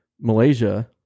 Malaysia